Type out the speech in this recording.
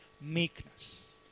meekness